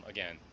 Again